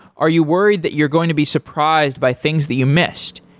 are you worried that you're going to be surprised by things that you missed,